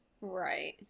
Right